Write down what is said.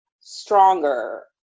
stronger